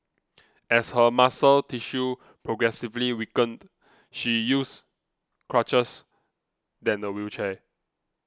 as her muscle tissue progressively weakened she used crutches then a wheelchair